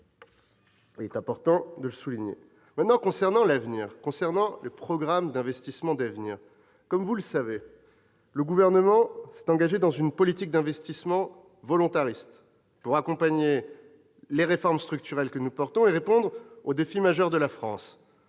Il est important de le souligner. En ce qui concerne le programme d'investissements d'avenir, comme vous le savez, le Gouvernement s'est engagé dans une politique d'investissements volontariste pour accompagner les réformes structurelles que nous portons et répondre aux défis majeurs de la France.